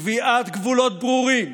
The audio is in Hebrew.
קביעת גבולות ברורים,